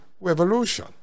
revolution